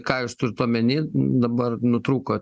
ką jūs turit omeny dabar nutrūko